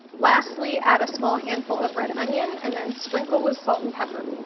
lastly, add a small handful of red onion and then sprinkle with salt and pepper.